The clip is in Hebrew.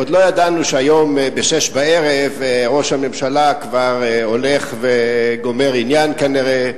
עוד לא ידענו שהיום ב-18:00 ראש הממשלה כבר הולך וגומר עניין כנראה.